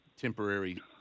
temporary